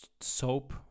soap